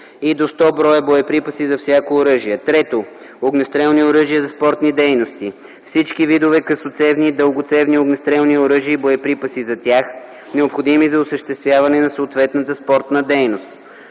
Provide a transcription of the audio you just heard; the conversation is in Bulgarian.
и до 100 броя боеприпаси за всяко оръжие; 3. огнестрелни оръжия за спортни дейности – всички видове късоцевни и дългоцевни огнестрелни оръжия и боеприпаси за тях, необходими за осъществяване на съответната спортна дейност;